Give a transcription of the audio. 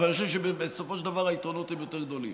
אבל אני חושב שבסופו של דבר היתרונות יותר גדולים.